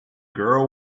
girl